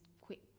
quick